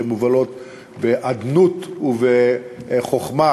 שמובלות באדנות ובחוכמה,